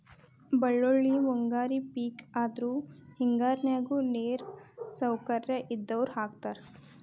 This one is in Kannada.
ಬಳ್ಳೋಳ್ಳಿ ಮುಂಗಾರಿ ಪಿಕ್ ಆದ್ರು ಹೆಂಗಾರಿಗು ನೇರಿನ ಸೌಕರ್ಯ ಇದ್ದಾವ್ರು ಹಾಕತಾರ